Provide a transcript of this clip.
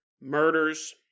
Murders